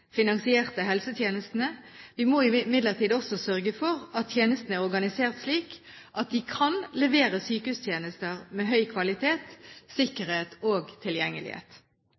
finansierte helsetjenestene. Vi må imidlertid også sørge for at tjenestene er organisert slik at det kan leveres sykehustjenester med høy kvalitet, sikkerhet og tilgjengelighet.